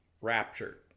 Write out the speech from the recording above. raptured